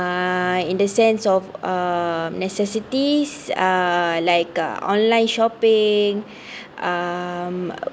uh in the sense of uh necessities uh like uh online shopping um